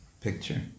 picture